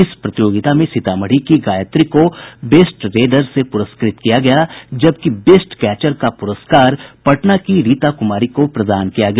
इस प्रतियोगिता में सीतामढ़ी की गायत्री को बेस्ट रेडर से प्रस्कृत किया गया जबकि बेस्ट कैचर का प्रस्कार पटना की रीता कुमारी को प्रदान किया गया